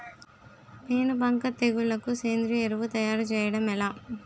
పేను బంక తెగులుకు సేంద్రీయ ఎరువు తయారు చేయడం ఎలా?